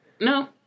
No